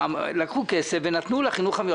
לקחו כסף ונתנו לחינוך המיוחד.